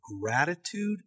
gratitude